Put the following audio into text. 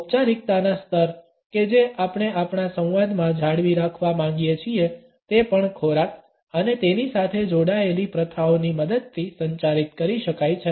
ઔપચારિકતાના સ્તર કે જે આપણે આપણા સંવાદમાં જાળવી રાખવા માંગીએ છીએ તે પણ ખોરાક અને તેની સાથે જોડાયેલી પ્રથાઓની મદદથી સંચારિત કરી શકાય છે